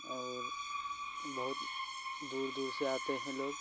और बहुत दूर दूर से आते हैं लोग